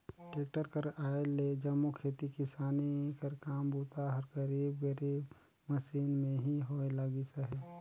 tractor कर आए ले जम्मो खेती किसानी कर काम बूता हर करीब करीब मसीन ले ही होए लगिस अहे